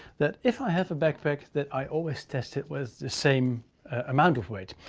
that if i have a backpack that i always test it was the same amount of weight.